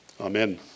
Amen